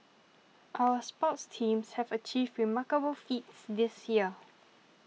our sports teams have achieved remarkable feats this year